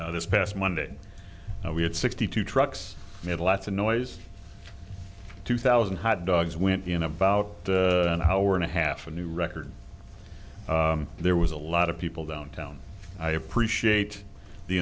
parade this past monday we had sixty two trucks made a lot of noise two thousand hot dogs went in about an hour and a half a new record there was a lot of people downtown i appreciate the